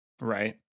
right